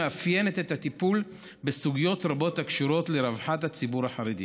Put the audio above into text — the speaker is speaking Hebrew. מאפיינת את הטיפול בסוגיות רבות הקשורות לרווחת הציבור החרדי.